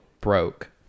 broke